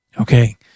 Okay